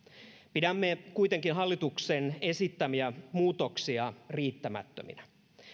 pidämme kuitenkin hallituksen esittämiä muutoksia riittämättöminä